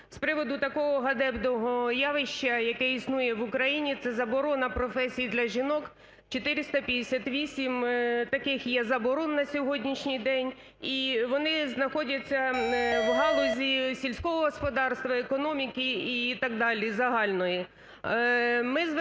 з приводу такого ганебного явища, яке існує в Україні, це заборона професій для жінок, 458 таких є заборон на сьогоднішній день і вони знаходяться в галузі сільського господарства, економіки і так далі загальної.